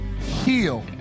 Heal